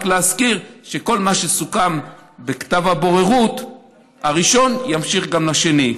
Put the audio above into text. רק להזכיר שכל מה שסוכם בכתב הבוררות הראשון ימשיך גם לשני.